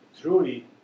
truly